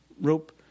rope